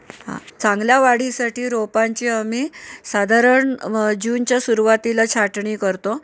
हा चांगल्या वाढीसाठी रोपांची आम्ही साधारण व जूनच्या सुरुवातीला छाटणी करतो